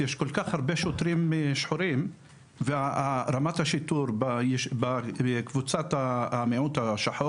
ואם יש מישהי מהאורחות שרוצה להגיד משהו שעל ליבה,